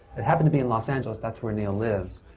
it happened to be in los angeles. that's where neil lives.